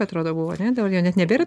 atrodo buvo ane tau ne net nebėra